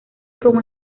como